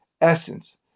essence